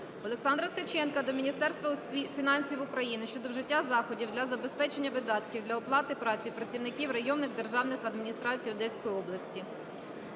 Олександра Ткаченка до Міністерства фінансів України щодо вжиття заходів для забезпечення видатків для оплати праці працівників районних державних адміністрацій Одеської області.